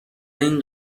این